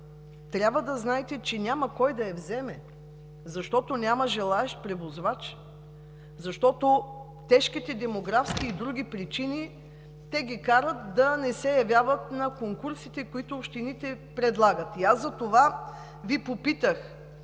трябва да знаете, че понякога няма кой да я вземе, защото няма желаещ превозвач, защото тежките демографски и други причини ги карат да не се явяват на конкурсите, които общините предлагат. Затова Ви попитах: